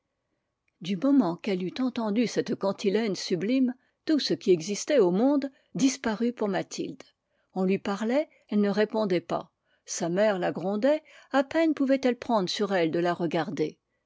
du moment qu'elle eut entendu cette cantilène sublime tout ce qui existait au monde disparut pour mathilde on lui parlait elle ne répondait pas sa mère la grondait à peine pouvait-elle prendre sur elle de la regarder